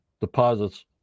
deposits